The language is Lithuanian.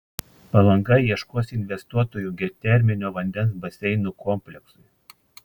palanga ieškos investuotojų geoterminio vandens baseinų kompleksui